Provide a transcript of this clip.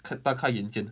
k~ 大开眼界